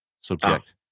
Subject